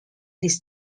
this